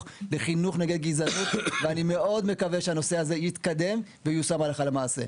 לחינוך נגד גזענות ואני מאוד מקווה שהנושא הזה יתקדם וייושם הלכה למעשה.